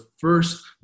first